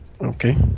Okay